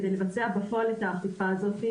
כדי לבצע בפועל את האכיפה הזאת,